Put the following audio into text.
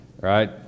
right